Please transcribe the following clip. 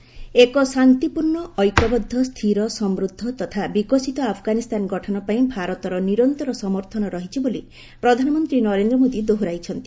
PM Afghan ପ୍ରେଜ୍ ଏକ ଶାନ୍ତିପୂର୍ଣ୍ଣ ଐକ୍ୟବଦ୍ଧ ସ୍ଥିର ସମୃଦ୍ଧ ତଥା ବିକଶିତ ଆଫଗାନିସ୍ତାନ ଗଠନ ପାଇଁ ଭାରତର ନିରନ୍ତର ସମର୍ଥନ ରହିଛି ବୋଲି ପ୍ରଧାନମନ୍ତ୍ରୀ ନରେନ୍ଦ୍ ମୋଦୀ ଦୋହରାଇଛନ୍ତି